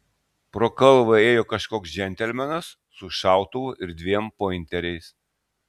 pro kalvą ėjo kažkoks džentelmenas su šautuvu ir dviem pointeriais